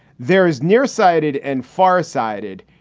there is near-sighted and far sighted.